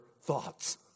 thoughts